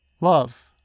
Love